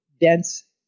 dense